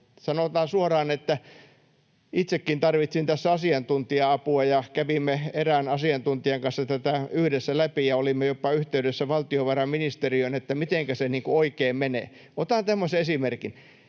Sanotaan suoraan, että itsekin tarvitsin tässä asiantuntija-apua, ja kävimme erään asiantuntijan kanssa tätä yhdessä läpi, ja olimme jopa yhteydessä valtiovarainministeriöön siitä, mitenkä se niin kuin oikein menee. Otan tämmöisen esimerkin,